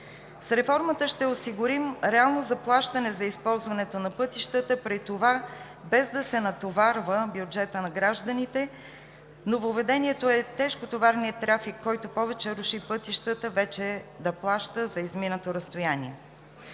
С реформата ще осигурим реално заплащане за използването на пътищата, при това без да се натоварва бюджетът на гражданите. Нововъведението е тежкотоварният трафик, който повече руши пътищата, вече да плаща за изминато разстояние.